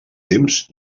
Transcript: temps